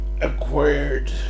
acquired